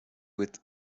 with